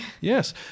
Yes